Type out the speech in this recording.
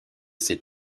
ses